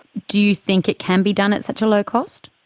do you think it can be done at such a low cost?